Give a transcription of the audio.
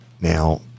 Now